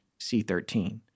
C13